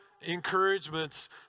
encouragements